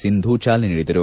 ಸಿಂಧು ಚಾಲನೆ ನೀಡಿದರು